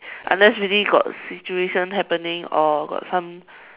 unless really got situation happening or got some